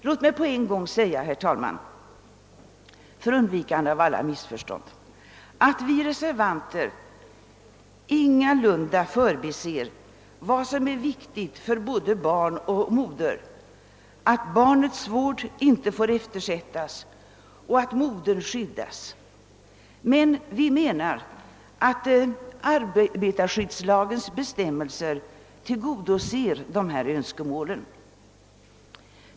Låt mig för att undvika alla missförstånd säga att vi reservanter ingalunda förbiser vad som är viktigt för både barn och moder, nämligen att barnets vård inte får eftersättas och att modern bör skyddas. Men vi menar att arbetarskyddslagens bestämmelser tillgodoser dessa önskemål.